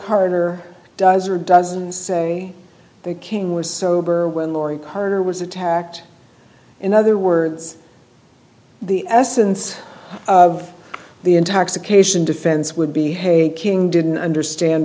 kerner does or doesn't say the king was sober when lori kercher was attacked in other words the essence of the intoxication defense would be hey king didn't understand